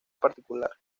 particular